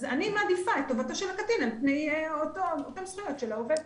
אז אני מעדיפה את טובתו של הקטין על פני אותן זכויות של העובד.